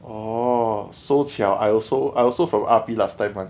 orh so 巧 I also I also from R_P last time [one]